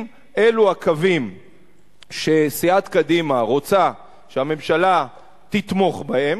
אם אלו הקווים שסיעת קדימה רוצה שהממשלה תתמוך בהם,